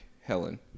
Helen